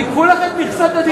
הם ייקחו לך את מכסת הדיבור.